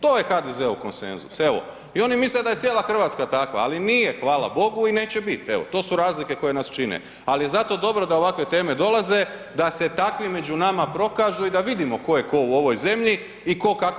To je HDZ-ov konsenzus evo i oni misle da je cijela Hrvatska takva, ali nije hvala bogu i neće biti evo to su razlike koje nas čine, ali je zato dobro da ovakve teme dolaze da se takvi među nama prokažu i da vidimo tko je tko u ovoj zemlji i tko kako funkcionira.